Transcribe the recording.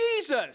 Jesus